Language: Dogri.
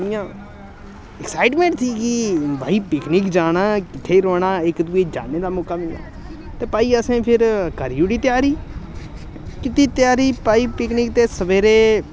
इ'यां एक्साइटमैंट थी कि भाई पिकनिक जाना किट्ठे गै रौह्ना इक दूए गी जानने दा मौका मिलना ते भाई असें फिर करी ओड़ी त्यारी कीती त्यारी भाई पिकनिक ते सवेरै